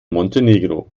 montenegro